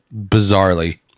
bizarrely